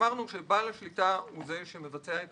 אמרנו שבעל השליטה הוא זה שמבצע את